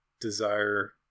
desire